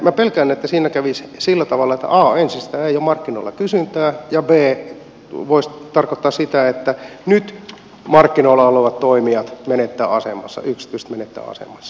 minä pelkään että siinä kävisi sillä tavalla että a ensin ei ole markkinoilla kysyntää ja b se voisi tarkoittaa sitä että nyt markkinoilla olevat toimijat menettävät asemansa yksityiset menettävät asemansa